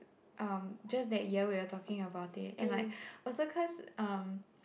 um just that ya we're talking about it and like also cause